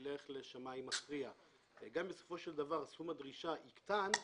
ילך לשמאי מכריע ובסופו של דבר סכום הדרישה יקטן,